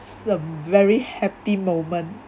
some very happy moment